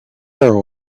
arrow